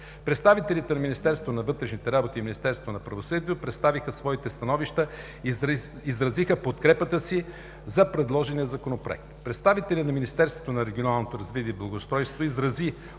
Представителите на Министерството на вътрешните работи и Министерството на правосъдието представиха своите становища и изразиха подкрепата си за предложения Законопроект. Представителят на Министерството на регионалното развитие и благоустройство изрази